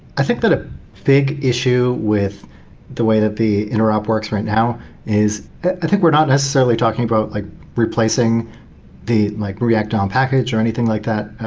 i think that a big issue with the way that the interop works right now is i think we're not necessarily talking about like replacing the like react dom package, or anything like that.